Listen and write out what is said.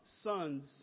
sons